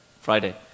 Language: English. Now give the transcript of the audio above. Friday